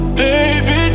baby